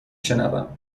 شنوم